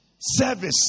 service